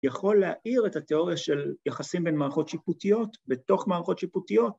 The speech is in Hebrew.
‫יכול להעיר את התיאוריה של יחסים ‫בין מערכות שיפוטיות ‫סתוך מערכות שיפוטיות?